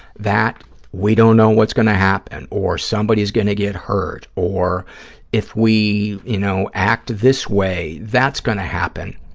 that we don't know what's going to happen, or somebody's going to get hurt or if we, you know, act this way, that's going to happen.